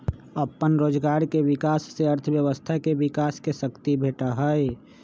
अप्पन रोजगार के विकास से अर्थव्यवस्था के विकास के शक्ती भेटहइ